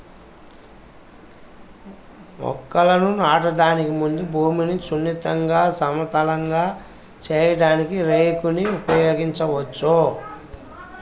మొక్కలను నాటడానికి ముందు భూమిని సున్నితంగా, సమతలంగా చేయడానికి రేక్ ని ఉపయోగించవచ్చు